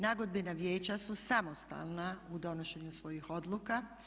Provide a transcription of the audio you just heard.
Nagodbena vijeća su samostalna u donošenju svojih odluka.